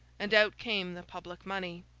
and out came the public money.